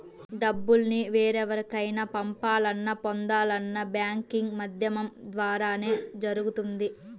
డబ్బుల్ని వేరెవరికైనా పంపాలన్నా, పొందాలన్నా బ్యాంకింగ్ మాధ్యమం ద్వారానే జరుగుతుంది